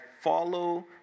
follow